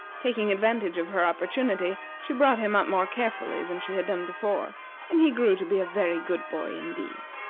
taking advantage of her opportunity, she brought him up more carefully than she had done before and he grew to be a very good boy indeed.